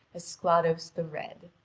esclados the red.